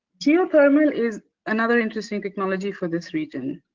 geothermal is another interesting technology for this region,